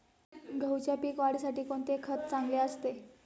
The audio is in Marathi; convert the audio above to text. गहूच्या पीक वाढीसाठी कोणते खत चांगले असते?